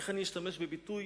איך אשתמש בביטוי,